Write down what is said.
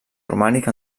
romànic